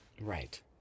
Right